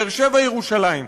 באר-שבע ירושלים,